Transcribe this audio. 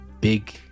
big